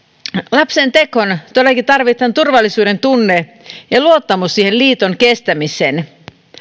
lapsentekoon todellakin tarvitaan turvallisuudentunne ja luottamus siihen liiton kestämiseen